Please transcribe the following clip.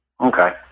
Okay